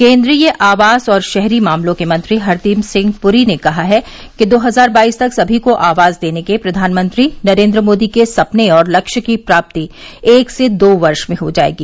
केन्द्रीय आवास और शहरी मामलों के मंत्री हरदीप सिंह पूरी ने कहा है कि दो हजार बाईस तक सभी को आवास देने के प्रधानमंत्री नरेन्द्र मोदी के सपने और लक्ष्य की प्राप्ति एक से दो वर्ष में हो जायेगी